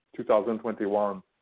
2021